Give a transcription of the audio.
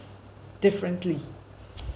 differently